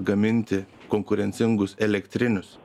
gaminti konkurencingus elektrinius